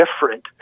different